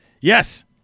Yes